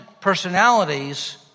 personalities